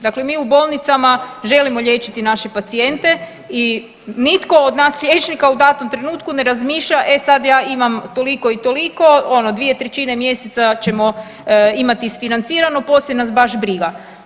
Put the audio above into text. Dakle, mi u bolnicama želimo liječiti naše pacijente i nitko od nas liječnika u datom trenutku ne razmišlja e sad ja imam toliko i toliko, ono dvije trećine mjeseca ćemo imati isfinancirano, poslije nas baš briga.